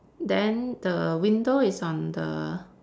then the window is on the